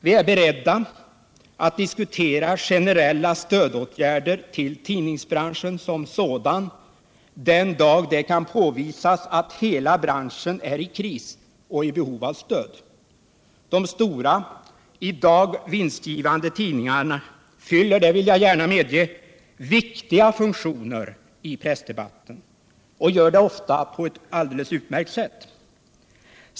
Vi är beredda att diskutera generella stödåtgärder till tidningsbranschen som sådan den dag det kan påvisas att hela branschen är i kris och i behov av stöd. De stora, i dag vinstgivande tidningarna fyller — det vill jag gärna medge — viktiga funktioner i pressdebatten och gör det ofta på ett utmärkt sätt.